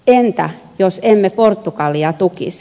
entä jos emme portugalia tukisi